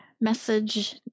message